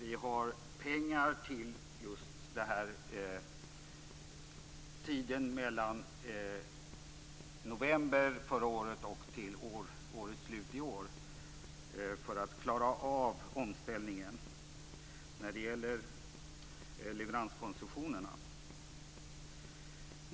Vi har pengar för perioden från november förra året till slutet av detta år för att klara omställningen av leveranskonstruktionerna.